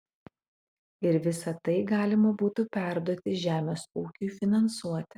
ir visa tai galima būtų perduoti žemės ūkiui finansuoti